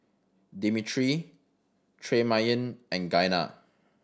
Dimitri Tremayne and Giana